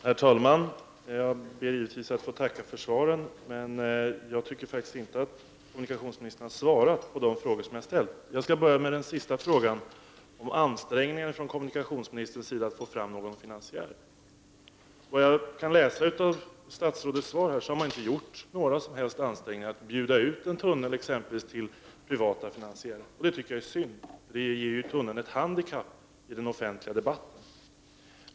Herr talman! Jag ber givetvis att få tacka för svaren, men jag tycker faktiskt inte att kommunikationsministern har svarat på de frågor som jag har ställt. Jag skall börja med den sista frågan som gäller ansträngningarna från kommunikationsministerns sida att få fram någon finansiär. Såvitt jag förstår av kommunikationsministerns svar har det inte gjorts några som helst ansträngningar för att bjuda ut en tunnel till t.ex. privata finansiärer, och det tycker jag är synd. Detta ger nämligen tunneln ett handikapp i den offentliga debatten.